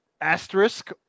asterisk